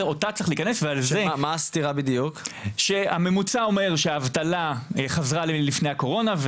הממוצע אומר שהאבטלה חזרה ללפני הקורונה,